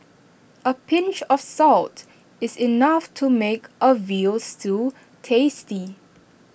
A pinch of salt is enough to make A Veal Stew tasty